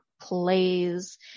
plays